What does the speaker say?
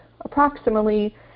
approximately